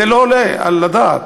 זה לא עולה על הדעת.